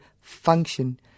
function